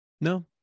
no